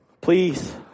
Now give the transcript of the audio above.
Please